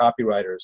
copywriters